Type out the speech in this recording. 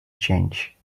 change